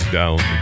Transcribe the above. down